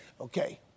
Okay